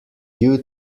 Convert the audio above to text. due